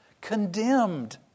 Condemned